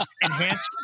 Enhanced